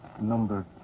Number